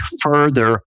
further